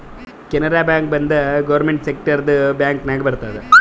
Canara bank ಒಂದ್ government ಸೆಕ್ಟರ್ದು bank ನಾಗ್ ಬರ್ತುದ್